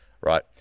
right